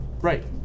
Right